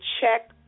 check